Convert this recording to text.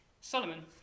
Solomon